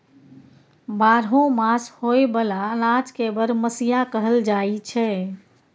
बारहो मास होए बला अनाज के बरमसिया कहल जाई छै